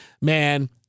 man